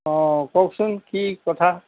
অঁ কওকচোন কি কথা